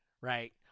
Right